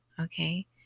Okay